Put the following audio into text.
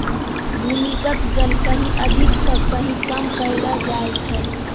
भूमीगत जल कहीं अधिक त कहीं कम पैलो जाय छै